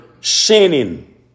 sinning